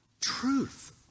truth